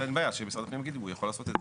אין בעיה, שמשרד הפנים יאמר אם הם יכולים לעשות.